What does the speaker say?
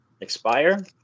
expire